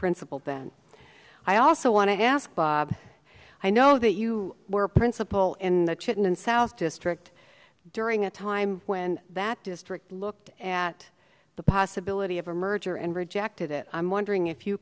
principal then i also want to ask bob i know that you were a principal in the chicken in south district during a time when that district looked at the possibility of a merger and rejected it i'm wondering if you